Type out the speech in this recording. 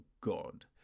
God